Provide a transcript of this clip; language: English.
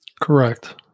Correct